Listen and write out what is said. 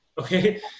Okay